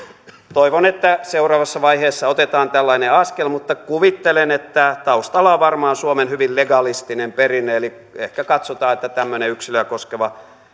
toivon että seuraavassa vaiheessa otetaan tällainen askel mutta kuvittelen että taustalla on varmaan suomen hyvin legalistinen perinne eli se että ehkä katsotaan että tämmöinen yksilöä koskeva